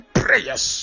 prayers